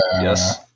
yes